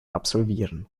absolvieren